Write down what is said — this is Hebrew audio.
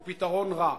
הוא פתרון רע.